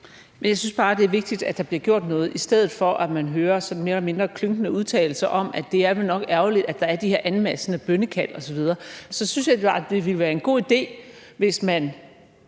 Jeg synes bare, det er vigtigt, at der bliver gjort noget, i stedet for at man hører sådan mere eller mindre klynkende udtalelser om, at det vel nok er ærgerligt, at der er de her anmassende bønnekald osv. Så synes jeg bare, det ville være en god idé, hvis man